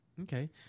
okay